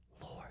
Lord